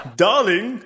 darling